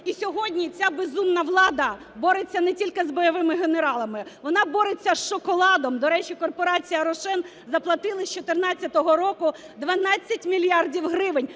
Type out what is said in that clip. І сьогодні ця безумна влада бореться не тільки з бойовими генералами - вона бореться з шоколадом. До речі, корпорація "Рошен" заплатила з 14-го року 12 мільярдів гривень,